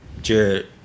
Jared